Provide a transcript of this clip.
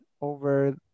over